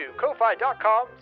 Ko-Fi.com